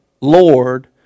Lord